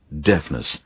deafness